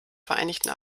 vereinigten